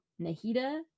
Nahida